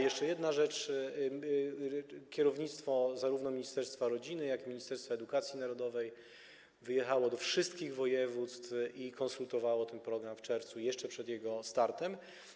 Jeszcze jedna rzecz: kierownictwo zarówno ministerstwa rodziny, jak i Ministerstwa Edukacji Narodowej wyjechało do wszystkich województw i konsultowało ten program w czerwcu, jeszcze przed jego startem.